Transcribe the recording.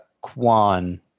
Kwan